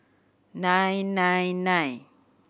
nine nine nine